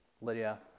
Lydia